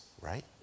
right